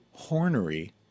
Hornery